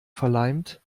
verleimt